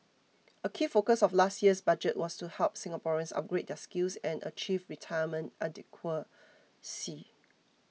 a key focus of last year's Budget